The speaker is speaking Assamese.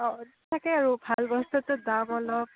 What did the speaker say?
অঁ থাকে আৰু ভাল বস্তুটোৰ দাম অলপ